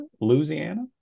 Louisiana